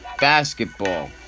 basketball